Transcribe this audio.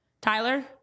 Tyler